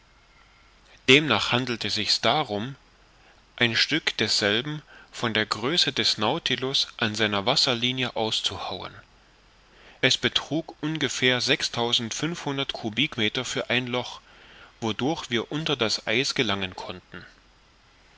demnach handelte sich's darum ein stück desselben von der größe des nautilus an seiner wasserlinie auszuhauen es betrug ungefähr sechstausendfünfhundert kubikmeter für ein loch wodurch wir unter das eis gelangen konnten